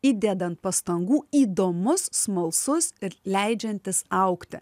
įdedant pastangų įdomus smalsus ir leidžiantis augti